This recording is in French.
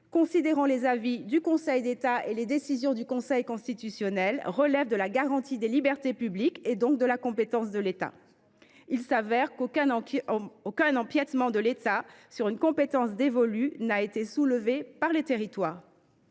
considérant les avis du Conseil d’État et les décisions du Conseil constitutionnel, relèvent de la garantie des libertés publiques et, donc, de la compétence de l’État. Aucun empiétement de l’État sur une compétence dévolue n’a été soulevé par les territoires.